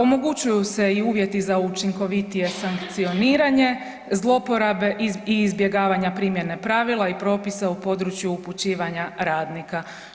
Omogućuju se i uvjeti za učinkovitije sankcioniranje, zlouporabe i izbjegavanja primjene pravila i propisa u području upućivanja radnika.